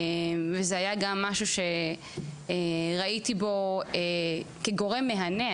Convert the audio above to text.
וזה היה גם משהו שראיתי בו כגורם מהנה,